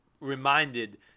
reminded